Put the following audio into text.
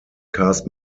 cast